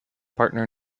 partner